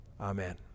Amen